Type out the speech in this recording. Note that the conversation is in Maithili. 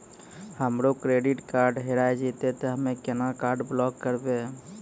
हमरो क्रेडिट कार्ड हेरा जेतै ते हम्मय केना कार्ड ब्लॉक करबै?